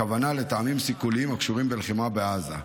הכוונה לטעמים סיכוליים הקשורים בלחימה בעזה.